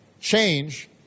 change